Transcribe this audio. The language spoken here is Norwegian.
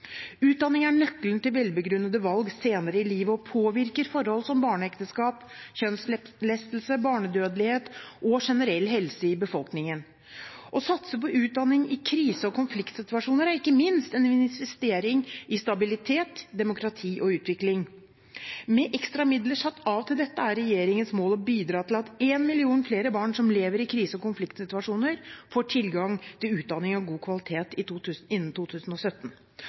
Utdanning er nøkkelen til velbegrunnede valg senere i livet og påvirker forhold som barneekteskap, kjønnslemlestelse, barnedødelighet og generell helse i befolkningen. Å satse på utdanning i krise- og konfliktsituasjoner er ikke minst en investering i stabilitet, demokrati og utvikling. Med ekstra midler satt av til dette er det regjeringens mål å bidra til at en million flere barn som lever i krise- og konfliktsituasjoner, får tilgang til utdanning av god kvalitet innen 2017.